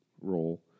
role